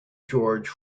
george